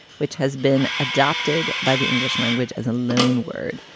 which has been adopted by the english language as a lone word.